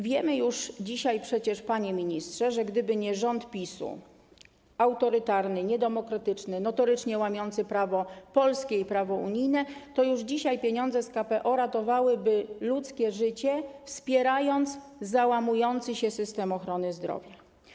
Wiemy już dzisiaj przecież, panie ministrze, że gdyby nie rząd PiS-u - autorytarny, niedemokratyczny, notorycznie łamiący prawo polskie i prawo unijne - to już dzisiaj pieniądze z KPO ratowałyby ludzkie życie, wspierając załamujący się system ochrony zdrowia.